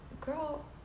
girl